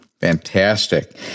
Fantastic